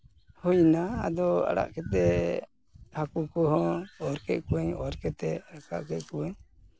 ᱦᱩᱭᱱᱟ ᱟᱫᱚ ᱟᱲᱟᱜ ᱠᱟᱛᱮᱫ ᱦᱟᱹᱠᱩ ᱠᱚᱦᱚᱸ ᱚᱨ ᱠᱮᱫ ᱠᱚᱣᱟᱹᱧ ᱚᱨ ᱠᱟᱛᱮᱫ ᱨᱟᱠᱟᱵ ᱠᱮᱫ ᱠᱚᱣᱟᱹᱧ